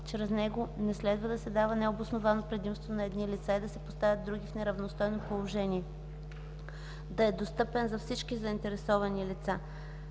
чрез него не следва да се дава необосновано предимство на едни лица и да се поставят други в неравностойно положение; 2. да е достъпен за всички заинтересовани лица;